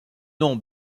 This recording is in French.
nom